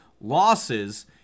losses